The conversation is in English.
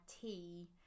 tea